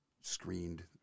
screened